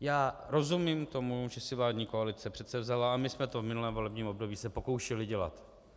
Já rozumím tomu, že si vládní koalice předsevzala, a my jsme se to v minulém volebním období pokoušeli